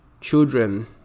children